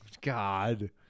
God